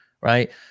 right